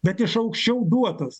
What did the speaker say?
bet iš aukščiau duotas